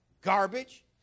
Garbage